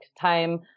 time